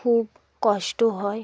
খুব কষ্ট হয়